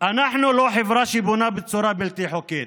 אנחנו לא חברה שבונה בצורה בלתי חוקית,